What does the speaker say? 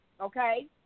okay